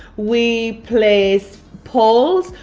we place polls,